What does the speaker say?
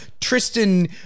Tristan